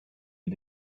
wir